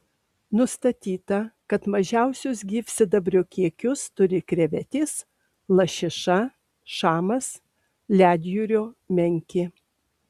nustatyta kad mažiausius gyvsidabrio kiekius turi krevetės lašiša šamas ledjūrio menkė